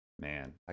Man